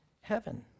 heaven